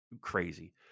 crazy